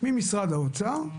ממשרד האוצר,